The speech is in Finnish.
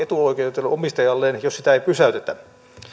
etuoikeutetulle omistajalleen koskaan jos sitä ei pysäytetä